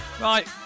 Right